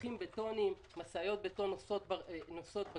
נשפכים בטונים, משאיות בטון נוסעות בכביש.